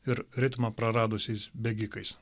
ir ritmą praradusiais bėgikais